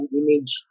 image